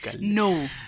No